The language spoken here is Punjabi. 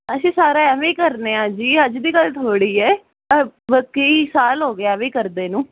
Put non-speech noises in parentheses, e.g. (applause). ਅਸੀਂ ਸਾਰਾ ਐਵੇਂ ਹੀ ਕਰਦੇ ਹਾਂ ਜੀ ਅੱਜ ਦੀ ਗੱਲ ਥੋੜ੍ਹੀ ਹੈ (unintelligible) ਕਈ ਸਾਲ ਹੋ ਗਿਆ ਐਵੇਂ ਕਰਦੇ ਨੂੰ